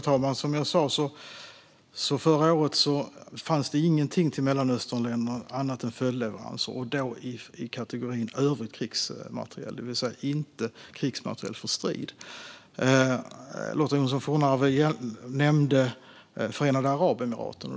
Herr talman! Förra året fanns det ingenting till Mellanösternländerna annat än följdleveranser och då i kategorin övrig krigsmateriel, det vill säga inte krigsmateriel för strid. Lotta Johnsson Fornarve nämnde Förenade Arabemiraten.